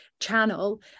channel